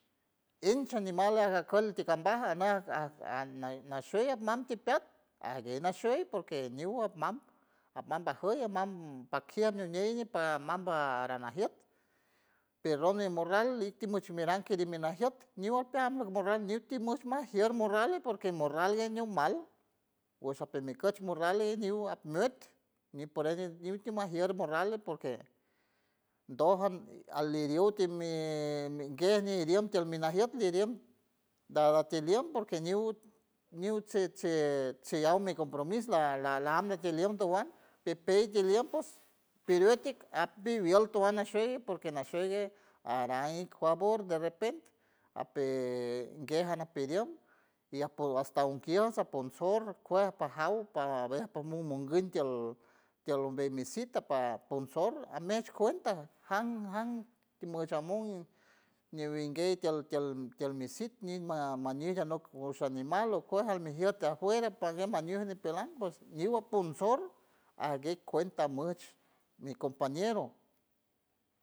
Enchi animal agacold ti cambaj anoj an anay nashuy anan ti piat aguey naxhuy porque ñiugo mam amamba jiuw amam pakiew ñi uneidi pa mamba aranajiet perro mi morral itimu muranch que minajiet ñiu uta morral ñiuti muchma najier morrale porque morrale que ñiuw mal guasha pe mi cot ni morrale niuw ap met ni porajier morrale porque dojan alierut ti mi guerni diente almenajiet mi diente dará ti lion porque niut niut set set sellauw mi compromis la la la ambe tiliendo wan pepey tielienpos periuti ap bibiolto arash nashey porque nashuguey arain favor de repente apey guejan naperoy y apor hasta un kios a pon sor a cuaj pajaw para ver comu monguion tiold tiol umbey mi cita para ponsor amech cuenta jan jam ti muchio amow ñiubin guey ti al ti al ti almi cit misma mañija anok gushuo animal o cuej almi jiot ajuera pague maniuj niu nipeland pues niuwa ponsot aguet cuenta amoch mi compañero.